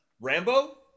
Rambo